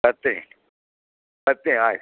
ಬರ್ತೀನಿ ಬರ್ತಿನಿ ಆಯ್ತು